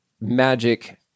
magic